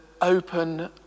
open